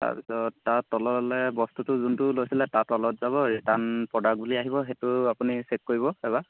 তাৰপিছত তাত তললৈ বস্তুটো যোনটো লৈছিলে তাৰ তলত যাব ৰিটাৰ্ণ প্ৰডাক্ট বুলি আহিব সেইটো আপুনি চেক কৰিব এবাৰ